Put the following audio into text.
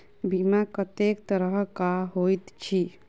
बीमा कत्तेक तरह कऽ होइत छी?